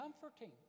comforting